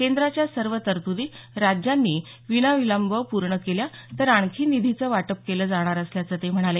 केंद्राच्या सर्व तरतुदी राज्यांने विनाविलंब पूर्ण केल्या तर आणखी निधीचं वाटपं केलं जाणार असल्याचं ते म्हणाले